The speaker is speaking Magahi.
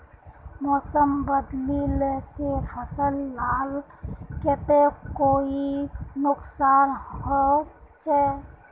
मौसम बदलिले से फसल लार केते कोई नुकसान होचए?